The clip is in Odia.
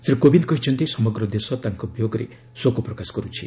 ଶ୍ରୀ କୋବିନ୍ଦ କହିଛନ୍ତି ସମଗ୍ର ଦେଶ ତାଙ୍କ ବିୟୋଗରେ ଶୋକ ପ୍ରକାଶ କରୁଛି